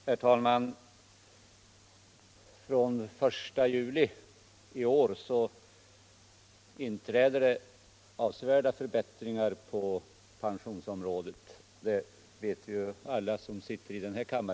Herr talman! Från den 1 juli i år inträder avsevärda förbättringar på pensionsområdet. Det vet ju alla som sitter i riksdagen.